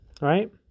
right